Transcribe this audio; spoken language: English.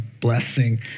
blessing